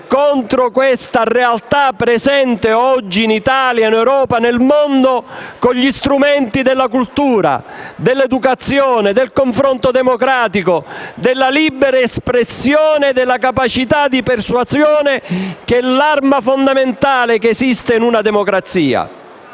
contro questa realtà presente oggi in Italia, in Europa e nel mondo, con gli strumenti della cultura, dell'educazione, del confronto democratico, della libera espressione e della capacità di persuasione, che è l'arma fondamentale che esiste in una democrazia.